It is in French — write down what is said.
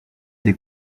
des